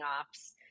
ops